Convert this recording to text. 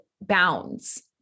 bounds